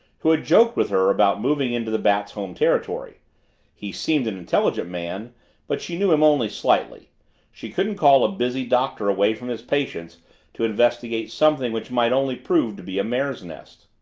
who had joked with her about moving into the bat's home territory he seemed an intelligent man but she knew him only slightly she couldn't call a busy doctor away from his patients to investigate something which might only prove to be a mare's-nest.